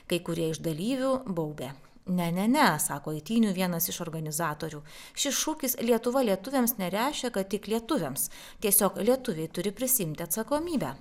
kai kurie iš dalyvių baubė ne ne ne sako eitynių vienas iš organizatorių šis šūkis lietuva lietuviams nereiškia kad tik lietuviams tiesiog lietuviai turi prisiimti atsakomybę